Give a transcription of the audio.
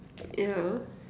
yeah